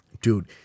Dude